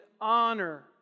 honor